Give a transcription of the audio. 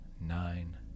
nine